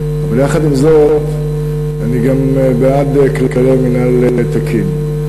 אבל יחד עם זאת אני גם בעד כללי מינהל תקין.